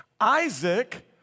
Isaac